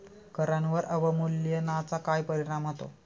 करांवर अवमूल्यनाचा काय परिणाम होतो?